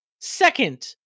second